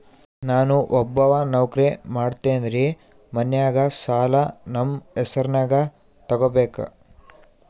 ನಾ ಒಬ್ಬವ ನೌಕ್ರಿ ಮಾಡತೆನ್ರಿ ಮನ್ಯಗ ಸಾಲಾ ನಮ್ ಹೆಸ್ರನ್ಯಾಗ ತೊಗೊಬೇಕ?